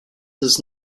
does